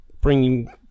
bringing